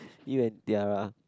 you and tiara